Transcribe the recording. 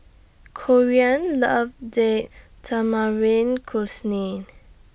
Corean loves Date Tamarind Chutney